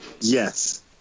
yes